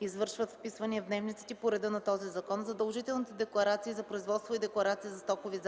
извършват вписвания в дневниците по реда на този закон, задължителните декларации за производство и декларации за стокови